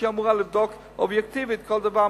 שהיא אמורה לבדוק אובייקטיבית כל דבר,